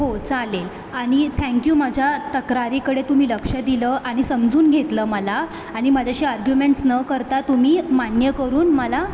हो चालेल आणि थँक्यू माझ्या तक्रारीकडे तुम्ही लक्ष दिलं आणि समजून घेतलं मला आणि माझ्याशी अर्ग्युमेंट्स न करता तुम्ही मान्य करून मला